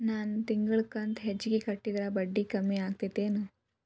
ನನ್ ತಿಂಗಳ ಕಂತ ಹೆಚ್ಚಿಗೆ ಕಟ್ಟಿದ್ರ ಬಡ್ಡಿ ಕಡಿಮಿ ಆಕ್ಕೆತೇನು?